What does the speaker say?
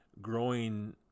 growing